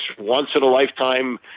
once-in-a-lifetime